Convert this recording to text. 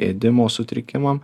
ėdimo sutrikimam